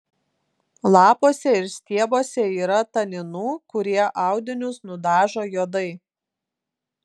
lapuose ir stiebuose yra taninų kurie audinius nudažo juodai